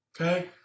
Okay